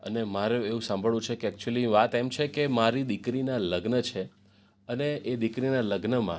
અને મારું એવું સાંભળવું છે કે એક્ચુલી વાત એમ છે કે મારી દીકરીનાં લગ્ન છે અને એ દીકરીનાં લગ્નમાં